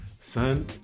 son